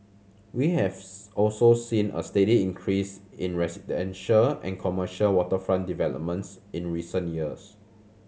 we have also seen a steady increase in residential and commercial waterfront developments in recent years